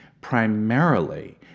primarily